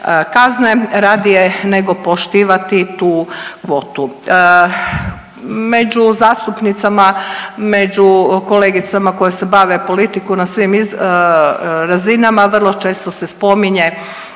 kazne radije nego poštivati tu kvotu. Među zastupnicama, među kolegicama koje se bave politikom na svim razinama vrlo često se spominje